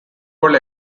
world